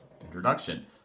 introduction